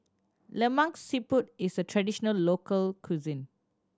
Lemak Siput is a traditional local cuisine